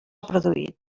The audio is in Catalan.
produït